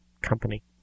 company